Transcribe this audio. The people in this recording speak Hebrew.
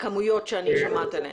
מהכמויות שאני שומעת עליהן.